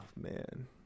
man